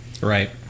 Right